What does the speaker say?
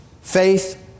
Faith